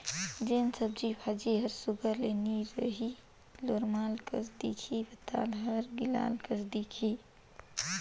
जेन सब्जी भाजी हर सुग्घर ले नी रही लोरमाल कस दिखही पताल हर गिलाल कस दिखही